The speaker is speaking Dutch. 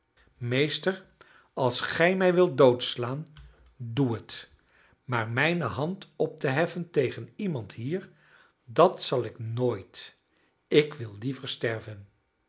meester als gij mij wilt doodslaan doe het maar mijne hand op te heffen tegen iemand hier dat zal ik nooit ik wil liever sterven